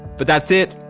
but that's it,